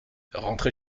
rentrez